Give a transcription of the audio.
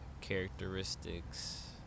characteristics